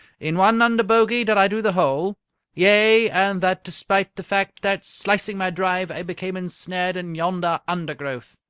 in one under bogey did i do the hole yea, and that despite the fact that, slicing my drive, i became ensnared in yonder undergrowth.